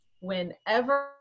Whenever